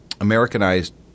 Americanized